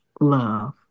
Love